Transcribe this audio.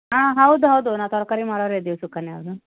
ಹಾಂ ಹೌದು ಹೌದು ನಾವು ತರಕಾರಿ ಮಾರೋರೇ ಇದ್ದೀವಿ ಸುಕನ್ಯಾ ಹೌದು